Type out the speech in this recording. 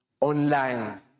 online